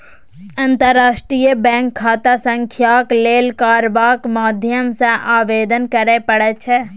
अंतर्राष्ट्रीय बैंक खाता संख्याक लेल कारबारक माध्यम सँ आवेदन करय पड़ैत छै